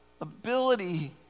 ability